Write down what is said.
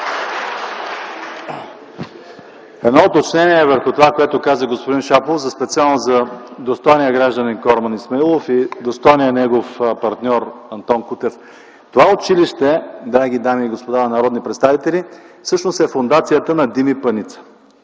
Едно уточнение върху това, което каза господин Шопов, специално за достойния гражданин Корман Исмаилов и достойния негов партньор Антон Кутев. Това училище, драги дами и господа народни представители, всъщност е фондацията на Дими Паница.